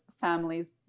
families